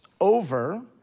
over